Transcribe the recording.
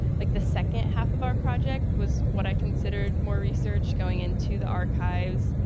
like the second half of our project was what i considered more research going into the archives,